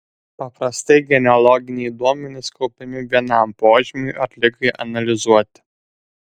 paprastai genealoginiai duomenys kaupiami vienam požymiui ar ligai analizuoti